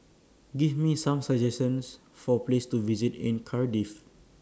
Give Me Some suggestions For Places to visit in Cardiff